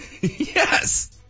Yes